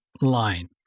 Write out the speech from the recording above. line